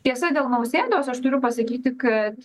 tiesa dėl nausėdos aš turiu pasakyti kad